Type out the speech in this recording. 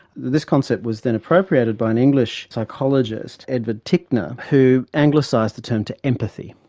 this concept was then appropriated by an english psychologist edward titchener, who anglicised the term to empathy.